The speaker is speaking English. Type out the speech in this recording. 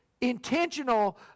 intentional